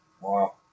Wow